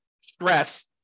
stress